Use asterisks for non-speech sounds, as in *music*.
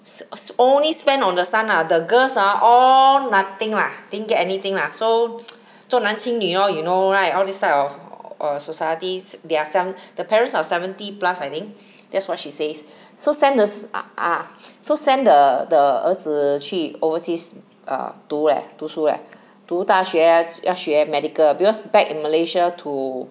it's it's only spend on the son ah the girls ah all nothing lah didn't get anything lah so *noise* 重男轻女 lor you know right all this type of err societies their son *breath* the parents are seventy plus I think *breath* that's what she says so send the ah ah so send the the 儿子去 overseas err 读 eh 读书 eh 读大学要学 medical because back in Malaysia to